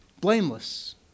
blameless